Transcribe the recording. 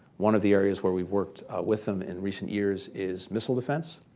one of the areas where we worked with them in recent years is missile defense.